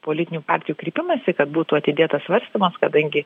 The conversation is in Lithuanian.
politinių partijų kreipimaisi kad būtų atidėtas svarstymas kadangi